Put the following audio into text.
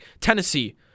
Tennessee